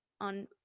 on